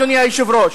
אדוני היושב-ראש,